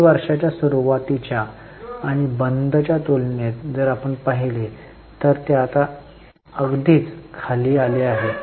मागील वर्षाच्या सुरुवातीच्या आणि बंदच्या तुलनेत जर आपण पाहिले तर ते आता अगदीच खाली आले आहे